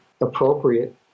appropriate